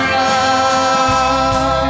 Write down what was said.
love